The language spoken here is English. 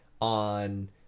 on